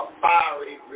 fiery